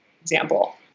example